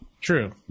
True